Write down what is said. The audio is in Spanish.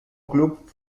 club